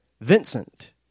Vincent